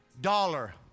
Dollar